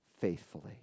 faithfully